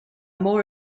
more